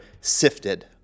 sifted